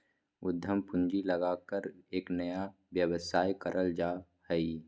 उद्यम पूंजी लगाकर एक नया व्यवसाय करल जा हइ